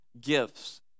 gifts